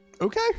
Okay